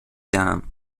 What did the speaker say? دهم